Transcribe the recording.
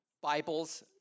Bibles